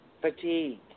Fatigue